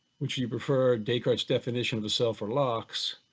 would you prefer descartes definition of the self or locke's?